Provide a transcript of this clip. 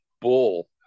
bull